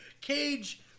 Cage